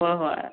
ꯍꯣꯏ ꯍꯣꯏ